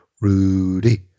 Rudy